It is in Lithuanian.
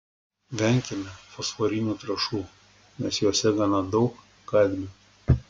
venkime fosforinių trąšų nes jose gana daug kadmio